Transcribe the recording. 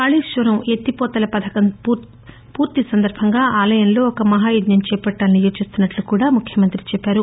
కాళేశ్వరం ఎత్తిపోతల పధకం పూర్తి సందర్బంగా ఆలయంలో ఒక మహా యజ్ఞం చేపట్టాలని యోచిస్తున్నట్లు కూడా ఆయన చెప్పారు